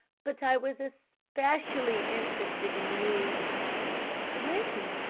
but i was especially interested in you when?